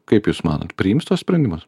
kaip jūs manot priims tuos sprendimus